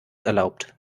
erlaubt